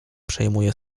przejmuje